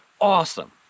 awesome